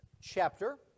chapter